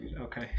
Okay